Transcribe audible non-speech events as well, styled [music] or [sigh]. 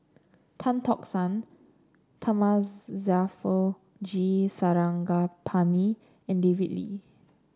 Tan Tock San [unintelligible] G Sarangapani and David Lee